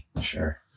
Sure